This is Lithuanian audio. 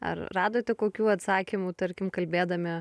ar radote kokių atsakymų tarkim kalbėdami